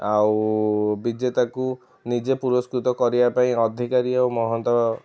ଆଉ ବିଜେତାକୁ ନିଜେ ପୁରସ୍କୃତ କରିବା ପାଇଁ ଅଧିକାରୀ ଓ ମହନ୍ତ